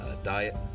diet